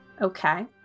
Okay